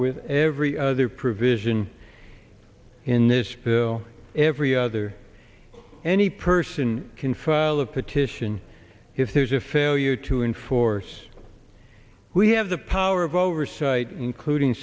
with every other provision in this bill every other any person can file a petition if there's a failure to enforce we have the power of oversight including